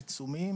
עיצומים